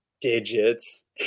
digits